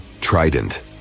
Trident